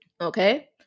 Okay